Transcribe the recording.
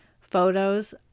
photos